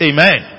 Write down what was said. Amen